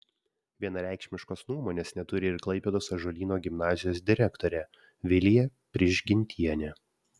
vienareikšmiškos nuomonės neturi ir klaipėdos ąžuolyno gimnazijos direktorė vilija prižgintienė